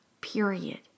period